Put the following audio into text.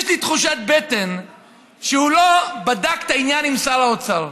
יש לי תחושת בטן שהוא לא בדק את העניין עם שר האוצר,